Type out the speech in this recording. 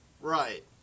Right